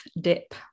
dip